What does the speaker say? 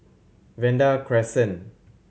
Vanda Crescent